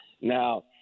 Now